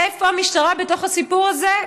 איפה המשטרה בתוך הסיפור הזה?